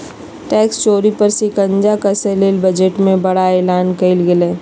tax चोरी पर शिकंजा कसय ले बजट में बड़ा एलान कइल गेलय